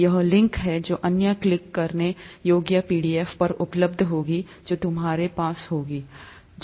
यह लिंक है जो अन्य क्लिक करने योग्य पीडीएफ पर उपलब्ध होगा जो तुम्हारे पास होगा